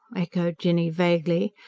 echoed jinny vaguely,